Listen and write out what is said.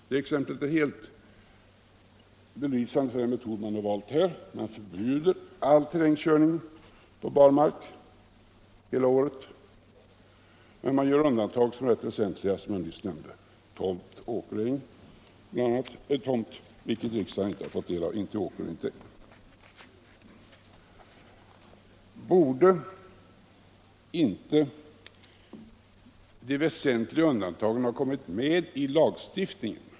Detta exempel är helt belysande för den metod man här har valt. Man förbjuder all terrängkörning på barmark under hela året, men man gör rätt väsentliga undantag från detta förbud, bl.a. för tomt. Borde de väsentliga undantagen ha kommit med i lagstiftningen?